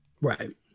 Right